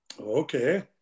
Okay